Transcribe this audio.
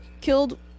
killed